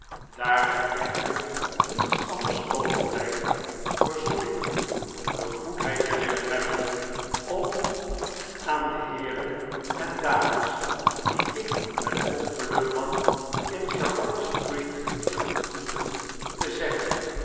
mij echter niets anders overblijft verzoek ik u de goedheid te willen hebben om aan de heeren en dames die ik het ongeluk had in charlotte street te ontmoeten te zeggen